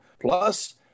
plus